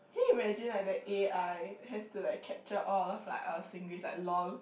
can you imagine like the a_i has to like capture all of like our Singlish like lol